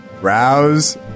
Rouse